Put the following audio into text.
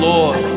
Lord